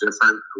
different